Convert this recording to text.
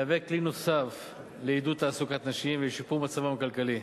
מהווה כלי נוסף לעידוד תעסוקת נשים ולשיפור מצבן הכלכלי.